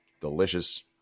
delicious